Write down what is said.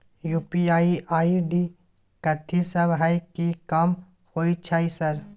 UPI ID कथि सब हय कि काम होय छय सर?